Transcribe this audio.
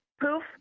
poof